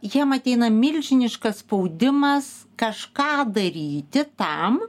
jiem ateina milžiniškas spaudimas kažką daryti tam